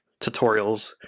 tutorials